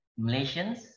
Malaysians